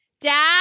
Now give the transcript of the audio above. Dad